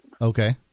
Okay